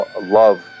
love